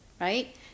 right